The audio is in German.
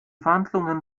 verhandlungen